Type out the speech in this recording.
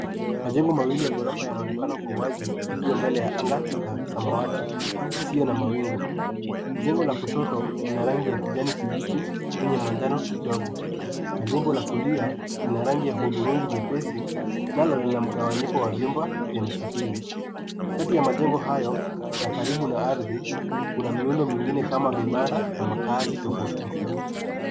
Majengo mawili ya ghorofa yanaonekana kwa wazi yakiwa mbele na anga ya samawati isiyo na mawingu. Jengo la kushoto lina rangi ya kijani kibichi yenye majano kidogo. Jengo la kulia, lina rangi ya hudhurungi nyepesi nalo lina mgawanyiko wa vyumba vya mstatili. Kati ya majengo hayo na ardhi kuna miundo mingine kama vibanda na makaazi tofauti tofauti.